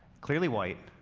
clearly white,